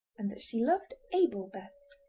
and that she loved abel best.